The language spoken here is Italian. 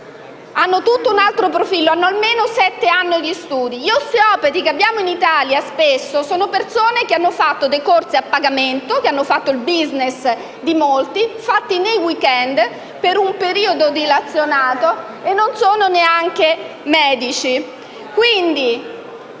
hanno tutto un altro profilo, hanno almeno sette anni di studi. Gli osteopati che abbiamo in Italia, spesso, sono persone che hanno fatto corsi a pagamento, che hanno fattoil *business* di molti, nel *weekend*, per un periodo limitato e non sono neanche medici.